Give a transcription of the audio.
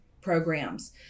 programs